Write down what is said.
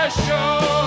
show